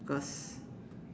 because